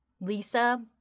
Lisa